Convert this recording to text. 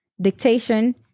dictation